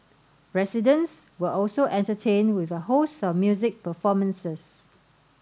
residents were also entertained with a host of music performances